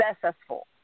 successful